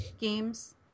games